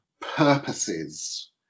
Purposes